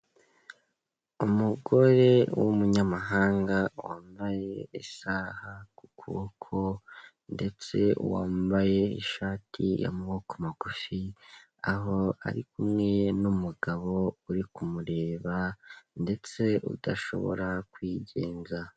Umugore w'umunyamahanga, wambaye isaha ku kuboko ndetse wambaye ishati y'amaboko magufi, aho ari kumwe n'umugabo uri kumureba ndetse udashobora kwigenga.